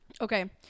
Okay